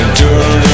turn